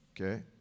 Okay